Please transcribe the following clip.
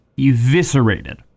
eviscerated